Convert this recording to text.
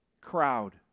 crowd